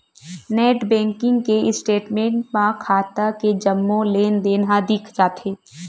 net banking के statement म खाता के जम्मो लेनदेन ह दिख जाथे